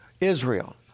Israel